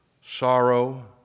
sorrow